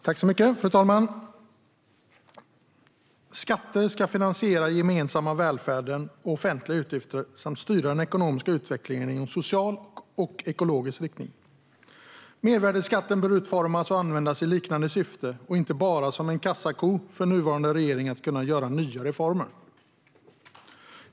Fru talman! Skatter ska finansiera den gemensamma välfärden och offentliga utgifter samt styra den ekonomiska utvecklingen i en social och ekologisk riktning. Mervärdesskatten bör utformas och användas i liknande syfte och inte bara som en kassako för nuvarande regering att kunna göra nya reformer.